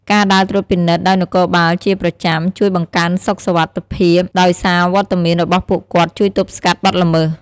ការដើរត្រួតពិនិត្យដោយនគរបាលជាប្រចាំ ជួយបង្កើនសុខសុវត្ថិភាពដោយសារវត្តមានរបស់ពួកគាត់ជួយទប់ស្កាត់បទល្មើស។